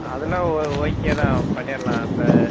அதெல்லாம் ஓ ஓகே தான் பண்ணிடலாம் இப்போ